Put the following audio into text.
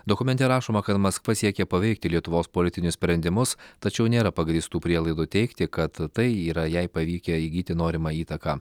dokumente rašoma kad maskva siekė paveikti lietuvos politinius sprendimus tačiau nėra pagrįstų prielaidų teigti kad tai yra jai pavykę įgyti norimą įtaką